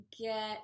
get